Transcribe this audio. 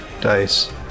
dice